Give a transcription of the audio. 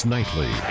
Nightly